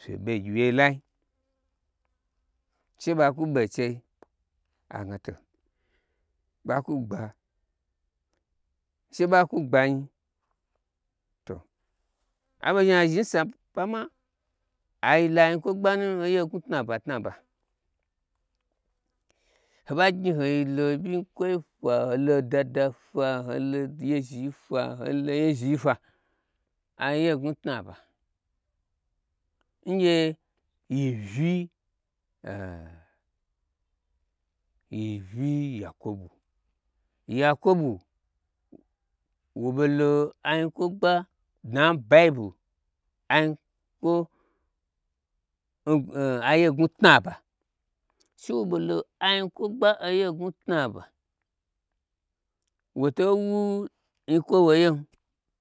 fye ɓu ngyi wyei lai she ɓa kwu ɓe n chei a gna to ɓa kwu gba she ɓa kwu gbanyi to aɓo zhni azhni n sapa, amma ai lo anyi kwogbanu aye ngnwu tnaba tnaba hoba gnyi hoi lo ɓynkwoi fwa hoi lo dada fwa holo yezhii fwa aye ngnwu tnaba ngye yi vyi yi vyi yakubu, yakubu wo ɓolo anyi kwo gba dna n bible anyi kwo aye ngnwu tnaba she wo ɓolo anyi kwo gba aye ngnwu tnaba wuto nyi kwon woyem